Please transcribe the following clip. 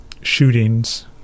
shootings